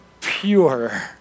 pure